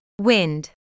wind